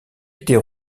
était